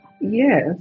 Yes